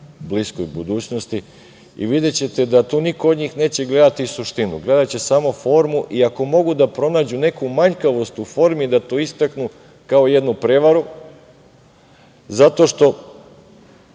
bliskoj budućnosti i videćete da tu niko od njih neće gledati suštinu, gledaće samo formu i ako mogu da pronađu neku manjkavost u formi da to istaknu kao jednu prevaru, zato što